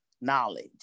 knowledge